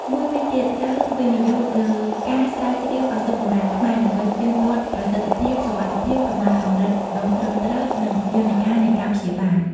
មួយវិញទៀតត្រូវ វិនិយោគលើការស្រាវជ្រាវឱសថបុរាណខ្មែរ ដើម្បីផ្ទៀងផ្ទាត់ប្រសិទ្ធភាព សុវត្ថិភាព កំណត់កម្រិតដូសត្រឹមត្រូវ និងយន្តការនៃការព្យាបាល។